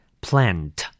Plant